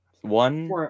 One